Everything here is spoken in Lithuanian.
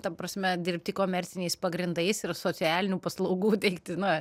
ta prasme dirbti komerciniais pagrindais ir socialinių paslaugų teikti na